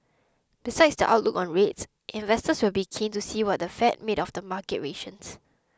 besides the outlook on rates investors will be keen to see what the fed made of the market gyrations